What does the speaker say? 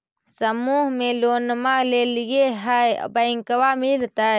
समुह मे लोनवा लेलिऐ है बैंकवा मिलतै?